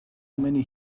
many